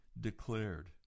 declared